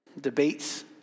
debates